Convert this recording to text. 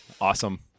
Awesome